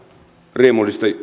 riemullista